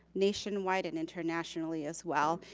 nationwide and internationally as well.